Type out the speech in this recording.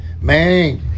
man